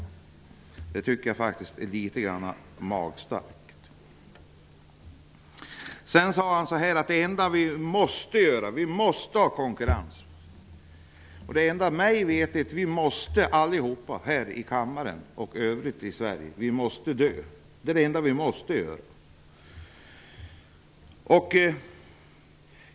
Att göra det tycker jag faktiskt är litet väl magstarkt. Mats Odell sade vidare att vi måste ha konkurrens. Mig veterligt det enda som vi alla här i kammaren och i övrigt i Sverige måste göra är att dö.